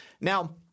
Now